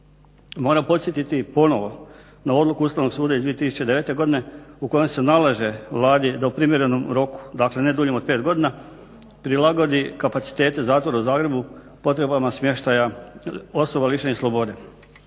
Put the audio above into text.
Moram podsjetiti ponovo na odluku Ustavnog suda iz 2009. godine u kojem se nalaže Vladi da u primjerenom roku, dakle ne duljem od 5 godina prilagodi kapacitete Zatvora u Zagrebu potrebama smještaja osoba lišenih slobode.